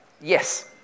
Yes